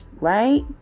Right